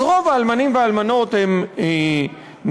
אז רוב האלמנים והאלמנות הם נשים,